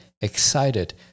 excited